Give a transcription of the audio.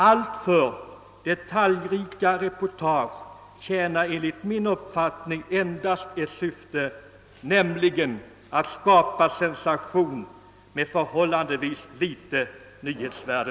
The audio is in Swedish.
Alltför detaljrika reportage tjänar enligt min uppfattning endast ett syfte, nämligen att skapa sensation med förhållandevis litet nyhetsvärde.